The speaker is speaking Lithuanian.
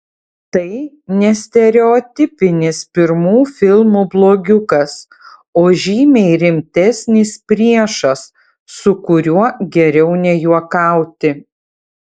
tai ne stereotipinis pirmų filmų blogiukas o žymiai rimtesnis priešas su kuriuo geriau nejuokauti